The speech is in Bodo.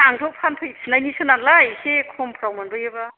आंथ' फानफैफिननायनिसो नालाय एसे खम'फ्राव मोनबायोबा